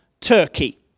Turkey